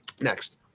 Next